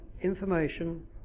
information